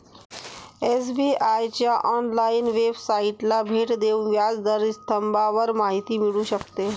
SBI च्या online वेबसाइटला भेट देऊन व्याज दर स्तंभावर माहिती मिळू शकते